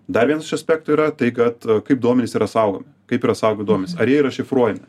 dar vienas iš aspektų yra tai kad kaip duomenys yra saugomi kaip yra saugomi duomenys ar jie yra šifruojami